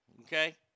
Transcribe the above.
okay